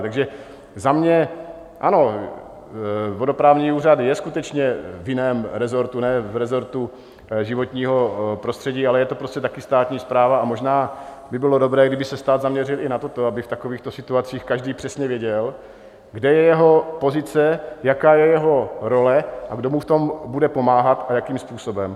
Takže za mě ano, vodoprávní úřad je skutečně v jiném rezortu, ne v rezortu životního prostředí, ale je to prostě taky státní správa, a možná by bylo dobré, kdyby se stát zaměřil i na toto, aby v takovýchto situacích každý přesně věděl, kde je jeho pozice, jaká je jeho role a kdo mu v tom bude pomáhat a jakým způsobem.